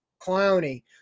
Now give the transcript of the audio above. clowny